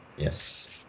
Yes